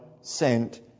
sent